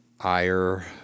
ire